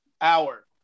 hour